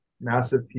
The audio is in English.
massive